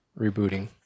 rebooting